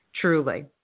truly